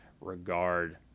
regard